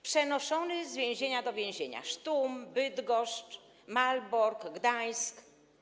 Przenoszony z więzienia do więzienia: Sztum, Bydgoszcz, Malbork, Gdańsk.